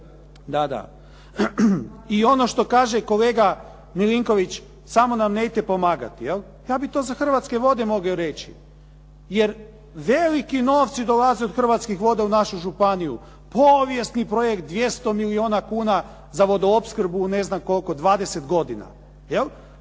raditi. I ono što kaže kolega Milinković samo nam nemojte pomagati, je li. Ja bi to za Hrvatske vode mogao reći jer veliki novci dolaze od Hrvatskih voda u našu županiju. Povijesni projekt 200 milijuna kuna za vodoopskrbu u ne znam koliko, 20 godina,